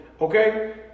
okay